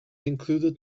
included